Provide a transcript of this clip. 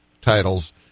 titles